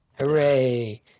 Hooray